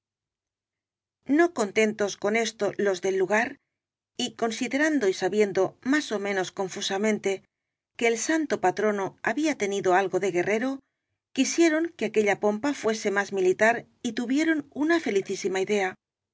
no contentos con esto los del lugar y conside rando y sabiendo más ó menos confusamente que el santo patrono había tenido algo de guerrero quisieron que aquella pompa fuese más militar y tuvieron una felicísima idea